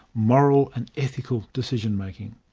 moral and ethical decision-making.